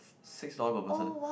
six dollar per person